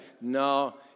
No